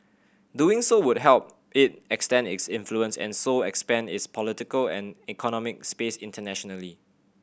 doing so would help it extend its influence and so expand its political and economic space internationally